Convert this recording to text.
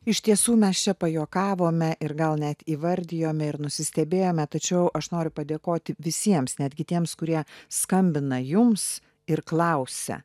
iš tiesų mes čia pajuokavome ir gal net įvardijome ir nusistebėjome tačiau aš noriu padėkoti visiems netgi tiems kurie skambina jums ir klausia